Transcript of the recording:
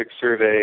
survey